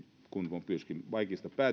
usein on myöskin vaikeista